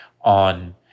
on